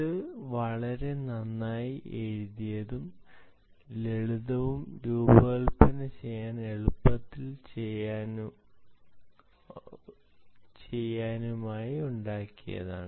ഇത് വളരെ നന്നായി എഴുതിയതും ലളിതവും രൂപകൽപ്പന ചെയ്യാൻ എളുപ്പത്തിൽ ചെയ്യാനുമായി ഉണ്ടാക്കിയതാണ്